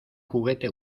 juguete